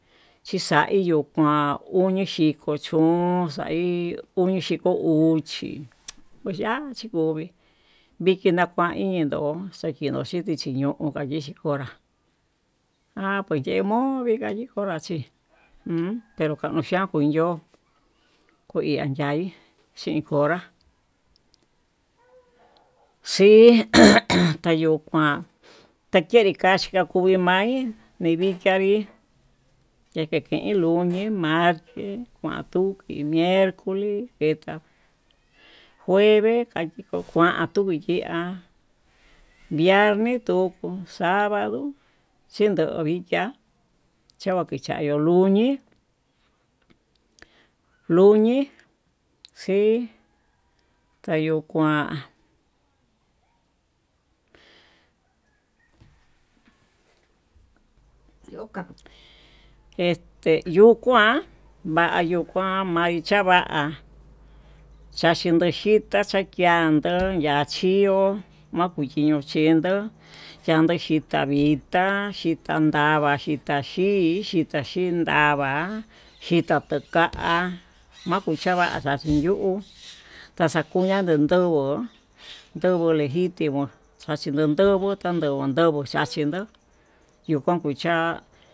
Xhixaiyuu kuan onixhiko chuun xaí unixhiko uxi, uya'a chikovii vikii nakaindó xakinoxhiti chiño'o kayixhi konrá ha kuye monri kayuxhi konra chí pero kaun chian xhii ño'o koin an yavii chinkonrá, xii tayukuan takevikaxhika kuii ma'í mimichiavi kikiken luni, martes kuanduki, miercoles, jueves kayiton taun tuu tuu uyi'a viernes, sabado chindo vikiá tavakichayió luni, luni xii ayukuan yu kuaneste yukuán mayuu kuan va'í chava'a chachindo citá chatiando yachio makukiyo xhindó, xhiando xhitpa vitá xhitandava xhita xhii, xhita xhin nda'ava xhita tuu ka'a makuchava xhaxhinyuu taxakuña tenduguó, ndonguo lejitimo xhaxhindo nduguu ta'a nduguo nduguo xachindó yuu kuan kucha'a.